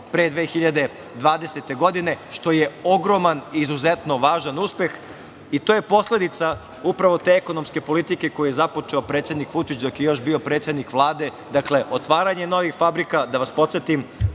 pre 2020. godine, što je ogroman, izuzetno važan uspeh. To je posledica upravo te ekonomske politike koju je započeo predsednik Vučić dok je još bio predsednik Vlade. Dakle, otvaranje novih fabrika, da vas podsetim